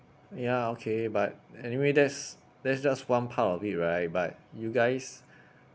ya okay but anyway that's that's just one part of it right but you guys